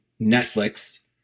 netflix